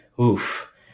Oof